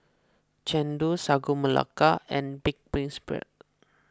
Chendol Sagu Melaka and Pig's Brain